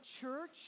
church